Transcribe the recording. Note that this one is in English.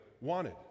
wanted